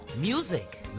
music